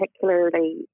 particularly